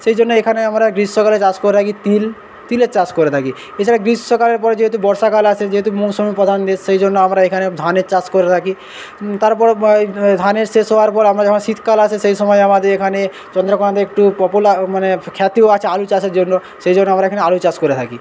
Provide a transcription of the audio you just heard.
সেইজন্য এখানে আমরা গ্রীষ্মকালে চাষ করে রাখি তিল তিলের চাষ করে থাকি এছাড়া গ্রীষ্মকালের পরে যেহেতু বর্ষাকাল আসে যেহেতু মৌসুমি প্রধান দেশ সেই জন্য আমরা এখানে ধানের চাষ করে রাখি তারপর ধানের শেষ হওয়ার পর আবার যখন শীতকাল আসে সেই সময় আমাদের এখানে চন্দ্রকোনাতে একটু কপলা মানে একটু খ্যাতিও আছে আলু চাষের জন্য সেই জন্য আমরা এখানে আলু চাষ করে থাকি